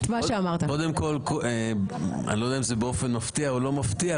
אני לא יודע אם זה באופן מפתיע או לא מפתיע,